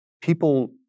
People